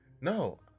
No